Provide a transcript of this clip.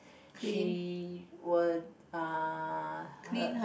she will uh her